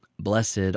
Blessed